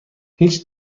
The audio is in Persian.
هیچ